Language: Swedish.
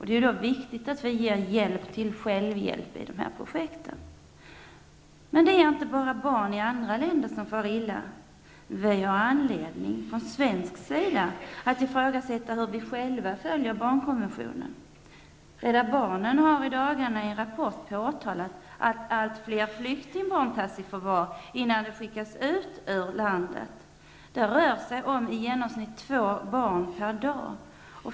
Det är därför viktigt att vi ger hjälp till självhjälp när det gäller dessa projekt. Det är emellertid inte bara barn i andra länder som far illa. Vi har från svensk sida anledning att ifrågasätta hur vi själva följer barnkonventionen. Rädda barnen har i dagarna i en rapport påtalat att allt fler flyktingbarn tas i förvar innan de skickas ut ur Sverige. Det rör sig om i genomsnitt två barn per dag.